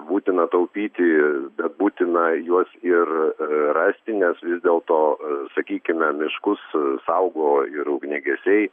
būtina taupyti bet būtina juos ir rasti nes vis dėlto sakykime miškus saugo ir ugniagesiai